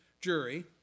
jury